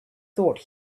thought